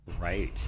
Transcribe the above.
Right